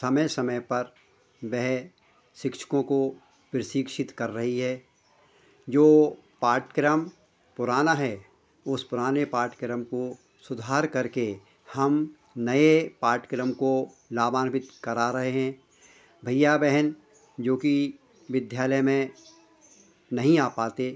समय समय पर वह शिक्षकों को प्रशिक्षित कर रही है जो पाठ्यक्रम पुराना है उस पुराने पाठ्यक्रम को सुधार करके हम नए पाठ्यक्रम को लाभान्वित करा रहे हें भैया बहन जोकि विद्यालय में नहीं आ पाते